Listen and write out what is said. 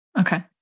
Okay